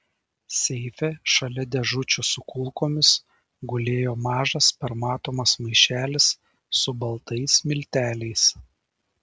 seife šalia dėžučių su kulkomis gulėjo mažas permatomas maišelis su baltais milteliais